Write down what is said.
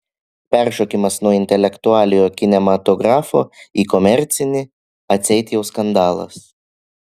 peršokimas nuo intelektualiojo kinematografo į komercinį atseit jau skandalas